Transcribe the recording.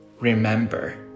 Remember